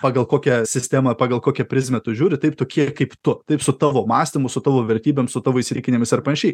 pagal kokią sistemą pagal kokią prizmę tu žiūri taip tokie kaip tu taip su tavo mąstymu su tavo vertybėm su tavo įsitikinimais ar panašiai